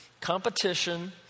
competition